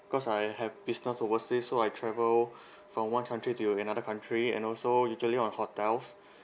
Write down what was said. because I have business overseas so I travel from one country to another country and also usually on hotels